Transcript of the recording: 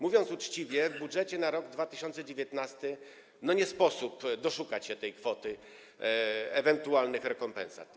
Mówiąc uczciwie, w budżecie na rok 2019 nie sposób doszukać się kwoty na ewentualne rekompensaty.